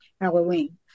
Halloween